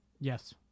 Yes